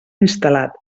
instal·lat